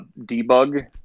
debug